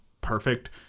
perfect